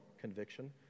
conviction